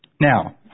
Now